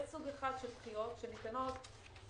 יש סוג אחד של דחיות שניתנות תמיד,